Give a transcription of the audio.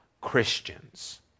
Christians